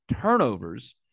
turnovers